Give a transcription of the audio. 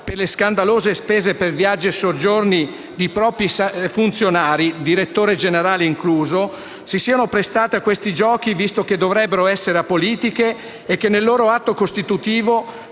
per le scandalose spese per viaggi e soggiorni di propri funzionari, direttore generale incluso) si siano prestate a questi giochi, visto che dovrebbero essere apolitiche e che nel loro atto costitutivo